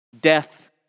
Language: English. death